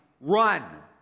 run